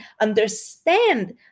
understand